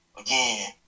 again